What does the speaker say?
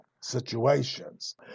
situations